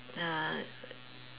uh